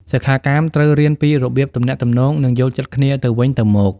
សិក្ខាកាមត្រូវរៀនពីរបៀបទំនាក់ទំនង និងយល់ចិត្តគ្នាទៅវិញទៅមក។